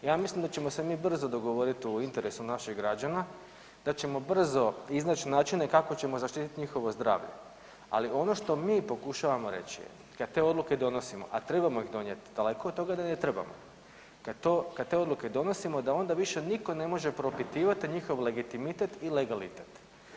Ja mislim da ćemo se mi brzo dogovoriti u interesu naših građana, da ćemo brzo iznaći načine kako ćemo zaštiti njihovo zdravlje, ali ono što mi pokušavamo reći kad te odluke donosimo, a trebamo ih donijeti, daleko od toga da ih ne trebamo, kad to, kad te odluke donosimo da onda više nitko ne može propitivati njihov legitimitet i legalitet.